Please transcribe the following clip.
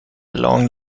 long